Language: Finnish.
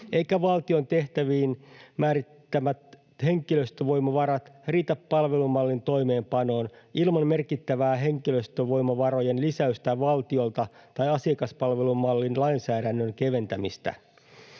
eivätkä valtion tehtäviin määrittämät henkilöstövoimavarat riitä palvelumallin toimeenpanoon ilman merkittävää henkilöstövoimavarojen lisäystä valtiolta tai asiakaspalvelumallin lainsäädännön keventämistä.